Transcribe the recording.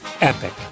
Epic